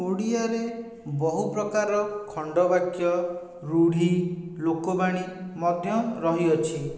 ଓଡ଼ିଆରେ ବହୁ ପ୍ରକାର ଖଣ୍ଡ ବାକ୍ୟ ରୁଢ଼ି ଲୋକବାଣୀ ମଧ୍ୟ ରହିଅଛି